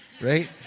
right